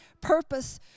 purpose